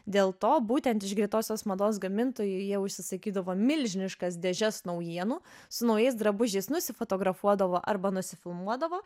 dėl to būtent iš greitosios mados gamintojų jie užsisakydavo milžiniškas dėžes naujienų su naujais drabužiais nusifotografuodavo arba nusifilmuodavo